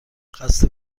خسته